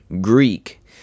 Greek